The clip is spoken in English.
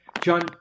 John